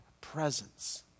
presence